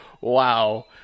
wow